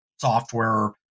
software